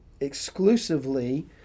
exclusively